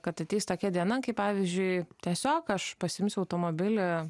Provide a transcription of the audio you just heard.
kad ateis tokia diena kai pavyzdžiui tiesiog aš pasiimsiu automobilį